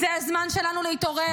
זה הזמן שלנו להתעורר.